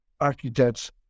architects